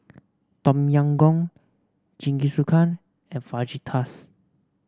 Tom Yam Goong Jingisukan and Fajitas